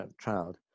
child